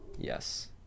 yes